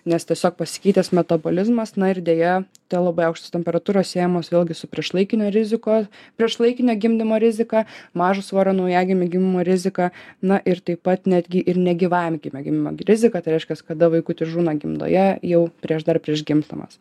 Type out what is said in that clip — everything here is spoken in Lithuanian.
nes tiesiog pasikeitęs metabolizmas na ir deja dėl labai aukštos temperatūros siejamos vėlgi su priešlaikinio riziko priešlaikinio gimdymo rizika mažo svorio naujagimių gimimo rizika na ir taip pat netgi ir negyvam iki mėginimo riziką tai reiškias kada vaikutis žūna gimdoje jau prieš dar prieš gimdamas